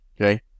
okay